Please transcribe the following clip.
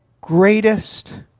greatest